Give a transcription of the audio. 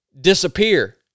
disappear